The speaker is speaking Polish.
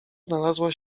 znalazła